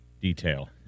detail